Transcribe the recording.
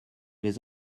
les